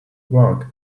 work